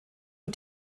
nur